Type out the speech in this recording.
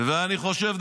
אני חושב,